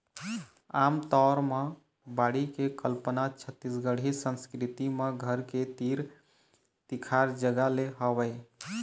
आमतौर म बाड़ी के कल्पना छत्तीसगढ़ी संस्कृति म घर के तीर तिखार जगा ले हवय